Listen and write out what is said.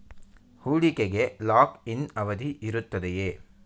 ಹೂಡಿಕೆಗೆ lock in ಅವಧಿ ಇರುತ್ತದೆಯೇ?